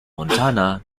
montana